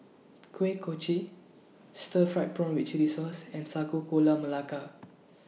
Kuih Kochi Stir Fried Prawn with Chili Sauce and Sago Gula Melaka